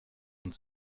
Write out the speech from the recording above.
und